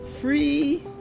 free